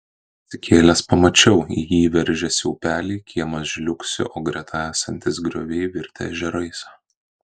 atsikėlęs pamačiau į jį veržiasi upeliai kiemas žliugsi o greta esantys grioviai virtę ežerais